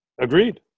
Agreed